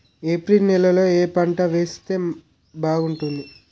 April నెలలో ఏ పంట వేస్తే బాగుంటుంది?